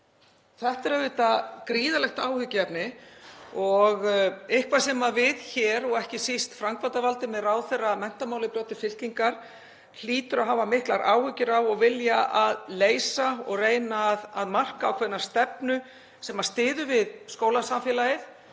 Þetta er auðvitað gríðarlegt áhyggjuefni og eitthvað sem við hér, og ekki síst framkvæmdarvaldið, með ráðherra menntamála í broddi fylkingar, hljótum að hafa miklar áhyggjur af og vilja leysa og reyna að marka ákveðna stefnu sem styður við skólasamfélagið,